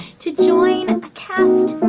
to join and a cast,